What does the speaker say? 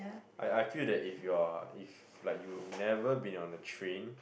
I I feel that if you are if like you never been on the train